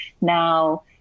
Now